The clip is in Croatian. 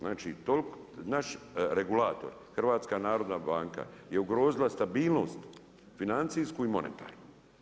Znači, naš regulator, HNB je ugrozila stabilnost financijsku i monetarnu.